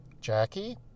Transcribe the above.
Jackie